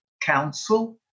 council